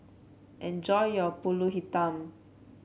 enjoy your pulut Hitam